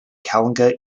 kalinga